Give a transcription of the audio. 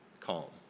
calm